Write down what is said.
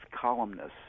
columnists